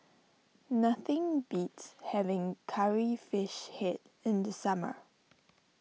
nothing beats having Curry Fish Head in the summer